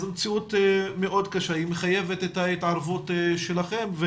זו מציאות מאוד קשה והיא מחייבת את ההתערבות שלכם.